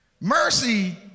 Mercy